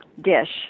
dish